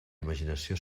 imaginació